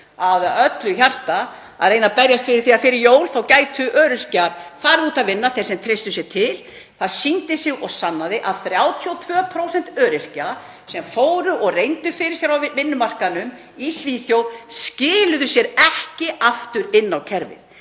af öllu hjarta að reyna að berjast fyrir því að fyrir jól gætu öryrkjar farið út að vinna, þeir sem treystu sér til. Það sýndi sig og sannaði að 32% öryrkja sem reyndu fyrir sér á vinnumarkaðnum í Svíþjóð skiluðu sér ekki aftur inn á kerfið.